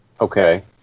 Okay